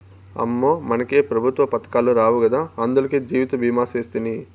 అమ్మో, మనకే పెఋత్వ పదకాలు రావు గదా, అందులకే జీవితభీమా సేస్తిని